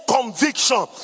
conviction